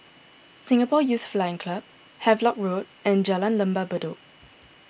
Singapore Youth Flying Club Havelock Road and Jalan Lembah Bedok